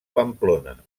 pamplona